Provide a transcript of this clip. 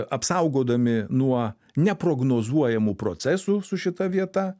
apsaugodami nuo neprognozuojamų procesų su šita vieta